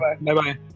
bye-bye